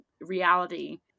reality